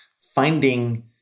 finding